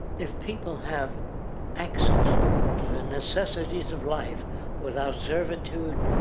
if people have access to the necessities of life without survitude,